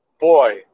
boy